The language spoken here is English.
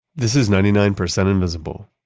this is ninety nine percent invisible.